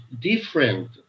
different